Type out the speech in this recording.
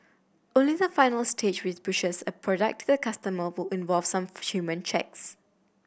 only the final stage which pushes a product customer involve some human checks